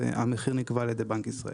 המחיר נקבע על ידי בנק ישראל.